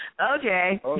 Okay